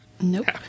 Nope